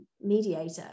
mediator